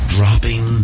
Dropping